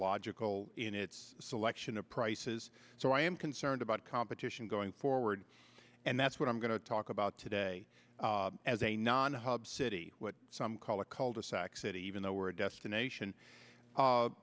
logical in its selection of prices so i am concerned about competition going forward and that's what i'm going to talk about today as a non hub city what some call a cul de sac city even though we're a destination